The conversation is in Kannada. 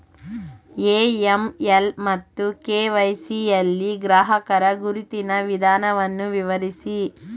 ಎ.ಎಂ.ಎಲ್ ಮತ್ತು ಕೆ.ವೈ.ಸಿ ಯಲ್ಲಿ ಗ್ರಾಹಕರ ಗುರುತಿನ ವಿಧಾನವನ್ನು ವಿವರಿಸಿ?